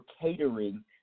catering